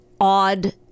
odd